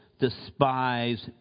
despise